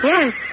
Yes